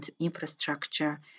infrastructure